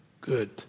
good